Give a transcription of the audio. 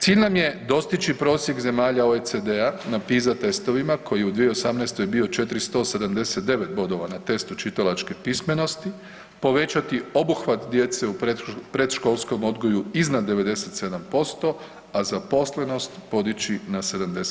Cilj nam je dostići prosjek zemlja OECD-a na PISA testovima koji je u 2018. bio 479 bodova na testu čitalačke pismenosti, povećati obuhvat djece u predškolskom odgoju iznad 97% a zaposlenost podići na 75%